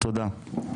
תודה.